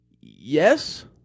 Yes